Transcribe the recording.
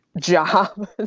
job